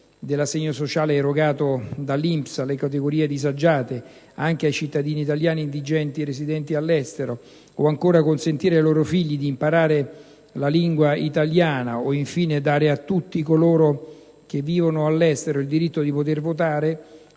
dell'assegno sociale erogato dall'INPS alle categorie disagiate anche ai cittadini italiani indigenti residenti all'estero; o ancora consentire ai loro figli di imparare la lingua italiana, o infine dare a tutti coloro che vivono all'estero il diritto di votare,